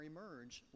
Emerge